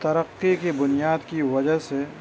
ترقی کی بنیاد کی وجہ سے